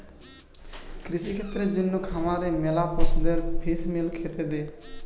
কৃষিক্ষেত্রের জন্যে খামারে ম্যালা পশুদের ফিস মিল খেতে দে